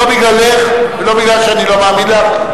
לא כי אני לא מאמין לך,